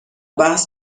بحث